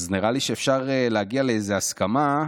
אז נראה לי שאפשר להגיע לאיזה הסכמה,